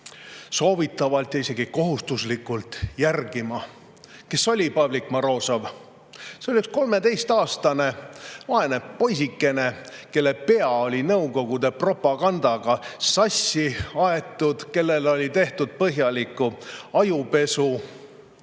soovitatavalt ja isegi kohustuslikult järgima. Kes oli Pavlik Morozov? See oli 13-aastane vaene poisike, kelle pea oli Nõukogude propagandaga sassi aetud, kellele oli tehtud põhjalik ajupesu